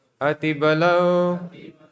Atibalao